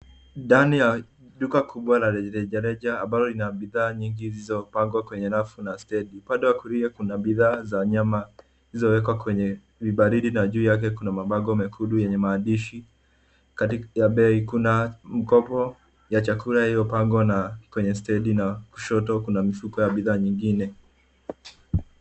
Ndani ya duka kubwa la rejareja ambalo lina bidhaa nyingi zilizopangwa kwenye rafu na stendi. Upande wa kulia kuna bidhaa za nyama zilizowekwa kwenye vibardi na juu yake kuna mabango mekundu yenye maandishi, kuna mkopo ya chakula iliyopangwa kwenye stendi na kushoto kuna mfuko ya bidhaa nyingine.